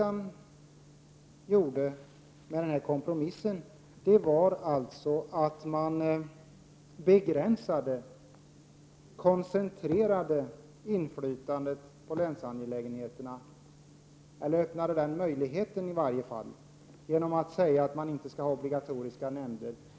Genom denna kompromiss begränsade och koncentrerade riksdagen inflytandet när det gäller länsangelägenheterna. I varje fall öppnades den möjligheten när man sade att det inte skall finnas obligatoriska nämnder.